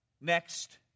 next